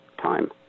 time